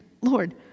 Lord